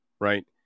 right